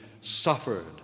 suffered